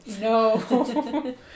No